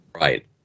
Right